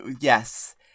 Yes